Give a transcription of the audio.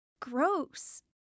Gross